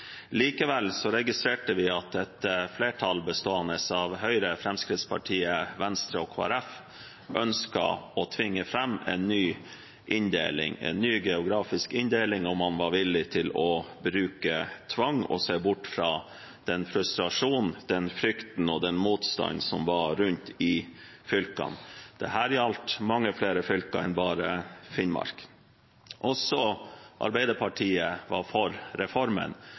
Likevel registrerte vi at et flertall bestående av Høyre, Fremskrittspartiet, Venstre og Kristelig Folkeparti ønsket å tvinge fram en ny geografisk inndeling, og man var villig til å bruke tvang og se bort fra frustrasjonen, frykten og motstanden som var rundt i fylkene. Dette gjaldt mange flere fylker enn bare Finnmark. Også Arbeiderpartiet var for reformen,